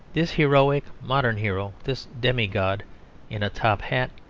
this heroic modern hero, this demi-god in a top-hat,